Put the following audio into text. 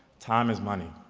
time is money.